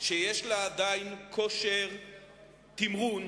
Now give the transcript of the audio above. שיש לה עדיין כושר תמרון,